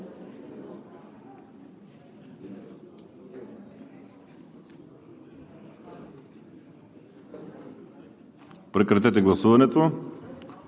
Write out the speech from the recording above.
Прекратете гласуването